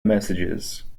messages